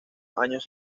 años